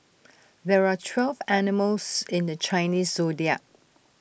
there are twelve animals in the Chinese Zodiac